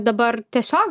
dabar tiesio